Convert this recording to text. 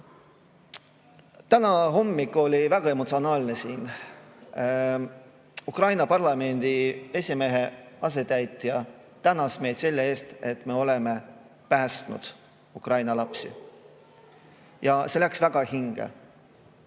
hommik siin oli väga emotsionaalne. Ukraina parlamendi esimehe asetäitja tänas meid selle eest, et me oleme päästnud Ukraina lapsi. See läks väga hinge.